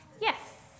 Yes